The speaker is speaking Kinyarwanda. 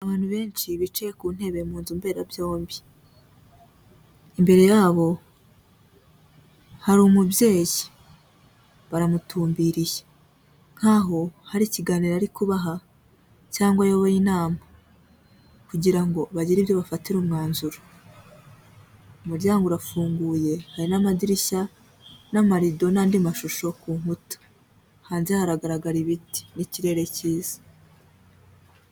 Abantu benshi bicaye ku ntebe mu nzu mberabyombi. Imbere yabo hari umubyeyi, baramutumbiriye nkaho hari ikiganiro ari kubaha cyangwa ayoboye inama, kugira ngo bagire ibyo bafatira umwanzuro. Umuryango urafunguye hari n'amadirishya n'amarido n'andi mashusho ku nkuta. Hanze haragaragara ibiti n'ikirere cyiza.